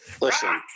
Listen